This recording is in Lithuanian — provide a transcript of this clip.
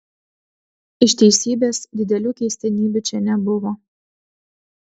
iš teisybės didelių keistenybių čia nebuvo